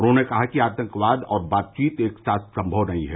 उन्होंने कहा कि आतंकवाद और बातचीत एक साथ संभव नहीं है